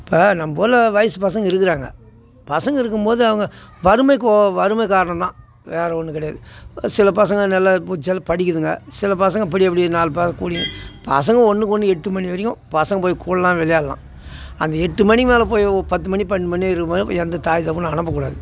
இப்போ நம் ஊரில் வயசு பசங்கள் இருக்கிறாங்க பசங்கள் இருக்கும்போது அவங்க வறுமை கோ வறுமை காரணம் தான் வேறு ஒன்றும் கிடையாது சில பசங்கள் நல்லா புஜ்ஜால் படிக்கிதுங்க சில பசங்கள் இப்படி அப்படி நாலு பா கூடி பசங்கள் ஒன்றுக்கு ஒன்று எட்டு மணி வரைக்கும் பசங்கள் போய் கூடலாம் விளையாடலாம் அந்த எட்டு மணி மேலே போயோ பத்து மணி பன்னெரெண்டு மணி அதுக்கு மேலே எந்த தாய் தகப்பனும் அனுப்பக்கூடாது